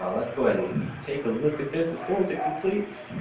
um let's go ahead and take a look at this as soon as it completes.